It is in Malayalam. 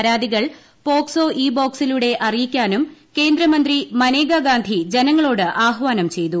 പരാതികൾ പോക്സോ ഇ ബോക്സിലൂടെ അറിയിക്കാനും കേന്ദ്രമന്ത്രി മനേകാഗാന്ധി ജനങ്ങളോട് ആഹ്വാനം ചെയ്തു